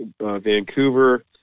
Vancouver